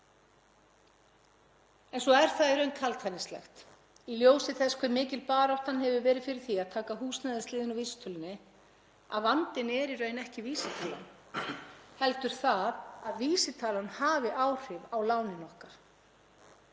um. Svo er það í raun kaldhæðnislegt í ljósi þess hve mikil baráttan hefur verið fyrir því að taka húsnæðisliðinn úr vísitölunni að vandinn er í raun ekki vísitalan heldur það að vísitalan hafi áhrif á lánin okkar.